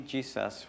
Jesus